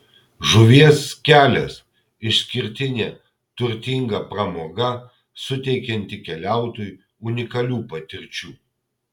žuvies kelias išskirtinė turtinga pramoga suteikianti keliautojui unikalių patirčių